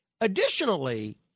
Additionally